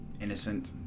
innocent